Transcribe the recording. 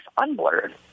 unblurred